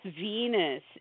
venus